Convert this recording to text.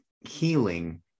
healing